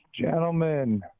Gentlemen